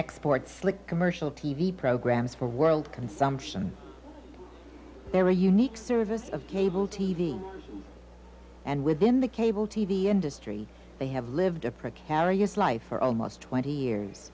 export slick commercial t v programs for world consumption there are unique services of cable t v and within the cable t v industry they have lived a precarious life for almost twenty years